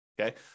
okay